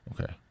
Okay